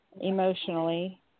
emotionally